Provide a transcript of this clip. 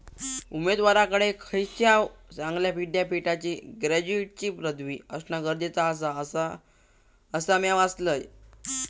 उमेदवाराकडे खयच्याव चांगल्या विद्यापीठाची ग्रॅज्युएटची पदवी असणा गरजेचा आसा, असा म्या वाचलंय